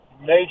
major